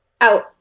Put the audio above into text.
out